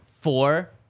Four